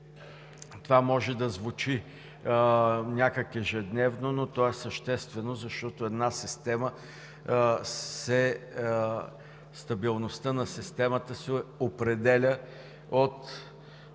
това може да звучи някак ежедневно, но то е съществено, защото стабилността на системата се определя от